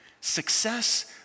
Success